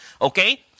Okay